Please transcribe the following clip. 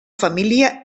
família